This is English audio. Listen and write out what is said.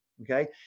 Okay